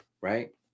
right